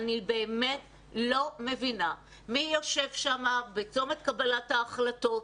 אני באמת לא מבינה מי יושב שמה בצומת קבלת ההחלטות,